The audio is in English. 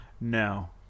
No